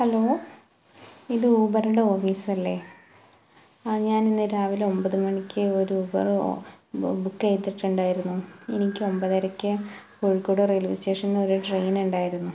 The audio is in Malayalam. ഹലോ ഇത് ഊബറുടെ ഓഫീസല്ലേ ആ ഞാൻ ഇന്ന് രാവിലെ ഒൻപത് മണിക്ക് ഒരു ഊബറ് ബുക്ക് ചെയ്തിട്ടുണ്ടായിരുന്നു എനിക്ക് ഒൻപതരക്ക് കോഴിക്കോട് റെയിൽവേ സ്റ്റേഷൻന്ന് ഒരു ട്രെയിനുണ്ടായിരുന്നു